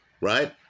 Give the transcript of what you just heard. Right